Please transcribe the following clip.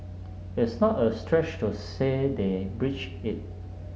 it's not a stretch to say they've breached it